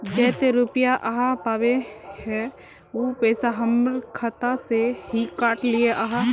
जयते रुपया आहाँ पाबे है उ पैसा हमर खाता से हि काट लिये आहाँ?